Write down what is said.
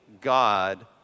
God